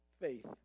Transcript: faith